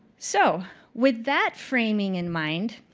so with that framing in mind,